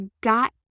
got